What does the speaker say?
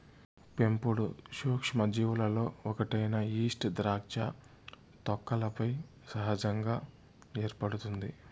పెంపుడు సూక్ష్మజీవులలో ఒకటైన ఈస్ట్ ద్రాక్ష తొక్కలపై సహజంగా ఏర్పడుతుంది